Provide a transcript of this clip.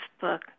book